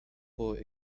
boy